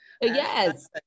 yes